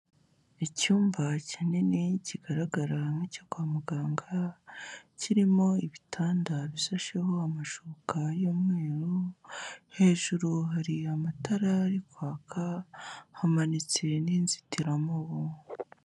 Icyumba kinini kigaragara nk'icyo kwa muganga, kirimo ibitanda bishasheho amashuka y'umweru, hejuru hari amatara arikwaka, hamanitse n'inzitiramubu.